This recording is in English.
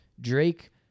Drake